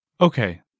Okay